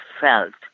felt